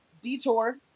detour